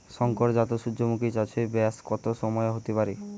শংকর জাত সূর্যমুখী চাসে ব্যাস কত সময় হতে পারে?